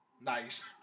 Nice